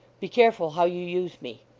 be careful how you use me.